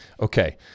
Okay